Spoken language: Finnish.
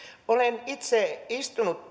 olen myöskin itse istunut